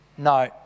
No